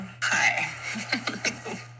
Hi